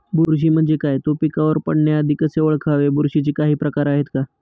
बुरशी म्हणजे काय? तो पिकावर पडण्याआधी कसे ओळखावे? बुरशीचे काही प्रकार आहेत का?